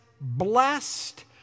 Blessed